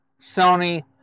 Sony